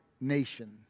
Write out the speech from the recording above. nation